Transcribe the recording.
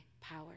power